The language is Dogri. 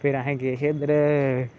फिर अस गे हे उदर